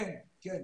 כן, כן,